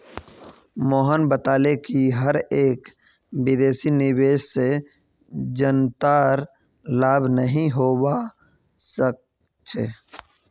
मोहन बताले कि हर एक विदेशी निवेश से जनतार लाभ नहीं होवा सक्छे